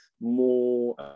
more